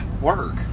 work